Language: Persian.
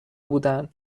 بودن